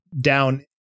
down